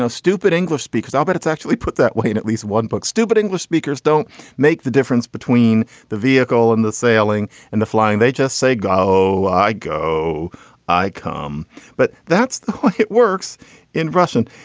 ah stupid english speakers, i'll bet it's actually put that way in at least one book. stupid english speakers don't make the difference between the vehicle and the sailing and the flying they just say, go, i go icom but that's the way it works in russian.